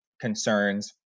concerns